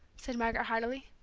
said margaret, hardily.